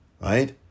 right